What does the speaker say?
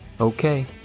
Okay